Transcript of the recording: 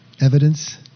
evidence